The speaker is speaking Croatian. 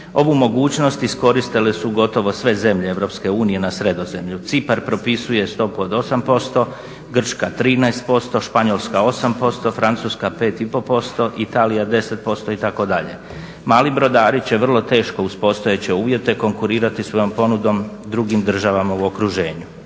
Ovu mogućnost iskoristili su gotovo sve zemlje EU na Sredozemlju. Cipar propisuje stopu od 8%, Grčka 13%, Španjolska 8%, Francuska 5 i pol posto, Italija 10% itd. Mali brodari će vrlo teško uz postojeće uvjete konkurirati svojom ponudom drugim državama u okruženju.